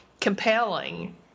compelling